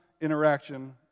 interaction